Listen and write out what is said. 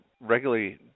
regularly